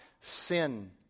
sin